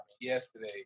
yesterday